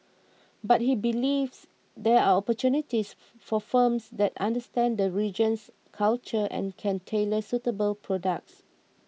but he believes there are opportunities for firms that understand the region's culture and can tailor suitable products